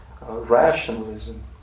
rationalism